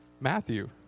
Matthew